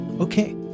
Okay